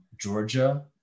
Georgia